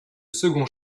second